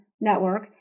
network